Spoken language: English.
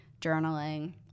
Journaling